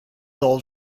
old